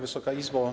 Wysoka Izbo!